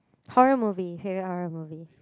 how are movie here are movie